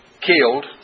killed